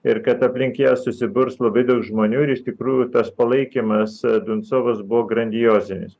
ir kad aplink ją susiburs labai daug žmonių ir iš tikrųjų tas palaikymas binsovos buvo grandiozinis